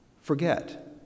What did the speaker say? forget